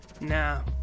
Now